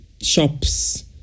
shops